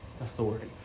authority